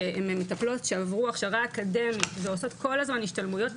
כמטפלות שעברו הכשרה אקדמית ועושות כל הזמן השתלמויות,